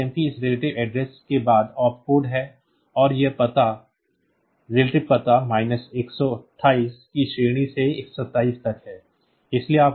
तो यह SJMP इस relative address के बाद ऑप कोड है और यह relative पता 128 की श्रेणी से 127 तक है